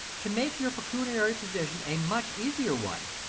to make your pecuniary position a much easier one.